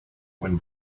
when